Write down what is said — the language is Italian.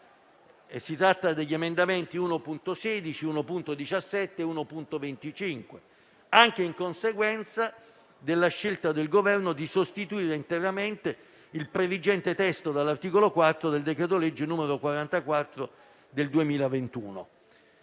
sanitario (emendamenti 1.16, 1.17 e 1.25), anche in conseguenza della scelta del Governo di sostituire interamente il previgente testo dell'articolo 4 del decreto-legge n. 44 del 2021.